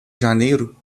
janeiro